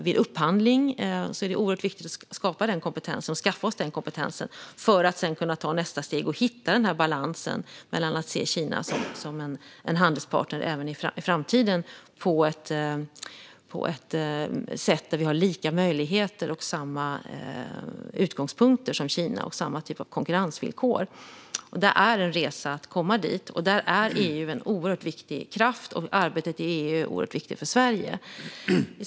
Vid upphandling är det viktigt att inneha denna kompetens för att kunna ta nästa steg och hitta balansen så att vi och handelspartnern Kina i framtiden har samma möjligheter, utgångspunkter och konkurrensvillkor. Det är en resa att komma dit, och här är EU en viktig kraft. Arbetet i EU är därför mycket viktigt för Sverige.